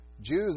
Jews